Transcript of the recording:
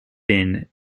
been